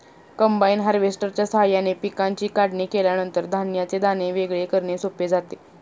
combine हार्वेस्टरच्या साहाय्याने पिकांची काढणी केल्यानंतर धान्याचे दाणे वेगळे करणे सोपे जाते